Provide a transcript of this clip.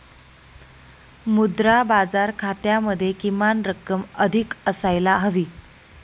मुद्रा बाजार खात्यामध्ये किमान रक्कम अधिक असायला हवी